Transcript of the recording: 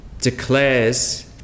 declares